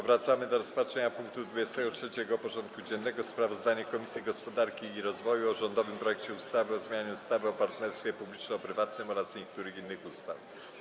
Powracamy do rozpatrzenia punktu 23. porządku dziennego: Sprawozdanie Komisji Gospodarki i Rozwoju o rządowym projekcie ustawy o zmianie ustawy o partnerstwie publiczno-prywatnym oraz niektórych innych ustaw.